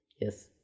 Yes